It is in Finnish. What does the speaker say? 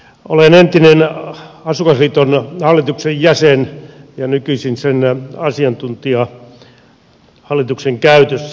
olen entinen asukasliiton hallituksen jäsen ja nykyisin sen asiantuntija hallituksen käytössä